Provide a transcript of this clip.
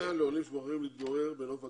לעולים שבוחרים להתגורר בנוף הגליל: